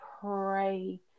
pray